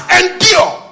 endure